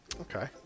Okay